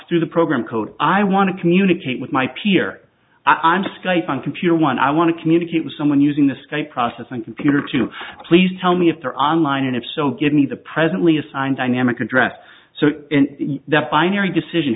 through the program code i want to communicate with my peer i'm skype on computer one i want to communicate with someone using the skype processing computer to please tell me if they're on line and if so give me the presently assigned dynamic address so that binary decision